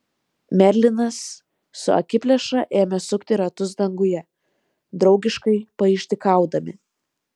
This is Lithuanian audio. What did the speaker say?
merlinas su akiplėša ėmė sukti ratus danguje draugiškai paišdykaudami